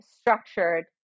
structured